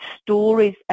stories